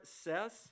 says